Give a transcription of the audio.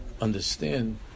understand